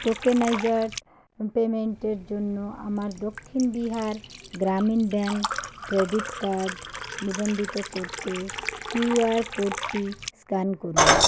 tokeniser পেমেন্টের জন্য আমার Dakshin Bihar Gramin bank credit card নিবন্ধিত করতে কিউআর কোডটি স্ক্যান করুন